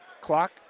Clock